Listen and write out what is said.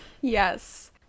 yes